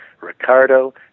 Ricardo